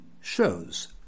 shows